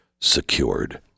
secured